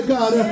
God